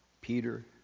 Peter